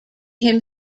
him